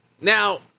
Now